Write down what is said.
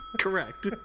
Correct